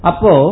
Apo